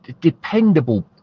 dependable